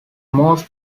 most